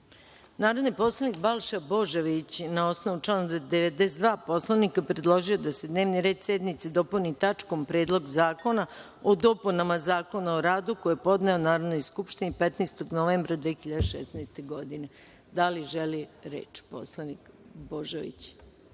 poslanik Balša Božović, na osnovu člana 92. Poslovnika, predložio je da se dnevni red sednice dopuni tačkom - Predlog zakona o dopunama Zakona o radu, koji je podneo Narodnoj skupštini 15. novembra 2016. godine. Da li želi reč poslanik Božović?